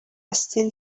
still